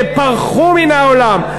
שפרחו מן העולם,